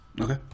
Okay